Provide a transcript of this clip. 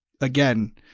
again